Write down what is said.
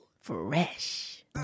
fresh